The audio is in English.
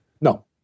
No